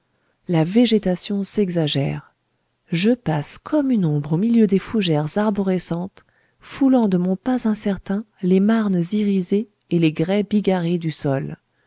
la végétation s'exagère je passe comme une ombre au milieu des fougères arborescentes foulant de mon pas incertain les marnes irisées et les grès bigarrés du sol